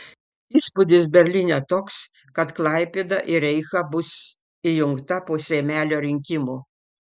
įspūdis berlyne toks kad klaipėda į reichą bus įjungta po seimelio rinkimų